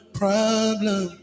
problem